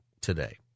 today